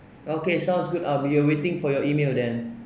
okay sounds good um we are waiting for your email then